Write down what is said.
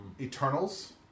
Eternals